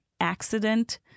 accident